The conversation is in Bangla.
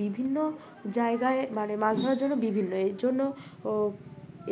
বিভিন্ন জায়গায় মানে মাছ ধরার জন্য বিভিন্ন এর জন্য ও